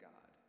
God